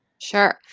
Sure